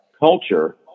Culture